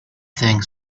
thing